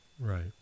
Right